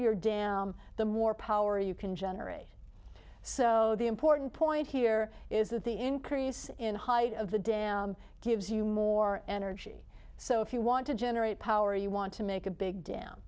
your dam the more power you can generate so the important point here is that the increase in height of the dam gives you more energy so if you want to generate power you want to make a big d